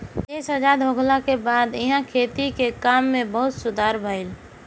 देश आजाद होखला के बाद इहा खेती के काम में बहुते सुधार भईल